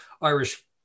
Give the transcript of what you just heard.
irish